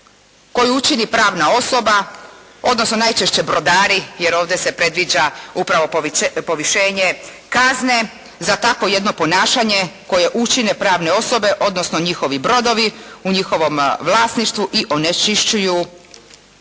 koju učini pravna osoba, odnosno najčešće brodari jer ovdje se predviđa upravo povišenje kazne za tako jedno ponašanje koje učine pravne osobe odnosno njihovi brodovi u njihovom vlasništvu i onečišćuju